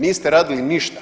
Niste radili ništa!